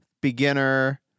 beginner